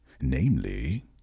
namely